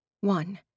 one